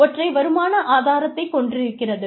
ஒற்றை வருமான ஆதாரத்தை கொண்டிருக்கிறது